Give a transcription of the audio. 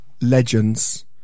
legends